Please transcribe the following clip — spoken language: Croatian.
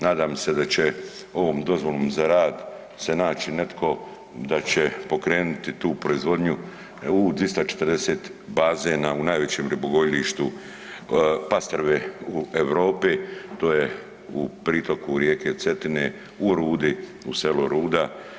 Nadam se da će ovom dozvolom za rad se naći netko da će pokrenuti tu proizvodnju u 240 bazena u najvećem ribogojilištu pastrve u Europi to je u pritoku rijeke Cetine u Rudi, u selu Ruda.